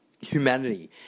humanity